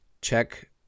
Check